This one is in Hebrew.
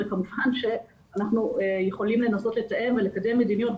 כמובן שאנחנו יכולים לנסות לתאם ולקדם מדיניות.